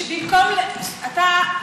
אתה,